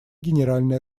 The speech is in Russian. генеральной